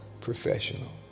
professional